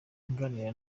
nganira